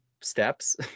steps